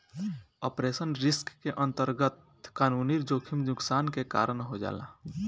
operational risk के अंतरगत कानूनी जोखिम नुकसान के कारन हो जाला